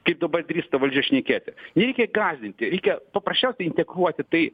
kaip dabar drįsta valdžia šnekėti nereikia gąsdinti reikia paprasčiausiai integruoti tai